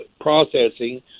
processing